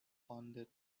funded